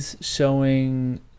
showing